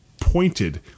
pointed